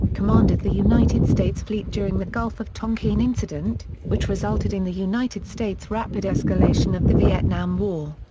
commanded the united states fleet during the gulf of tonkin incident, which resulted in the united states' rapid escalation of the vietnam war.